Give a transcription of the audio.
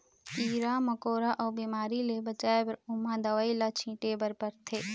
कीरा मकोरा अउ बेमारी ले बचाए बर ओमहा दवई ल छिटे बर परथे